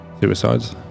suicides